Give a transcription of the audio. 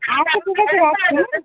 আচ্চা ঠিক আছে রাখছি হ্যাঁ